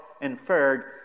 inferred